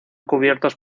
cubiertos